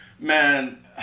Man